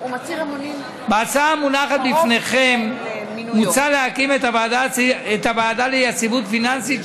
בהצעה המונחת בפניכם מוצע להקים את הוועדה ליציבות פיננסית,